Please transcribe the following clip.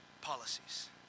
policies